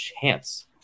chance